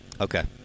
Okay